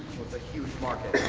a huge market.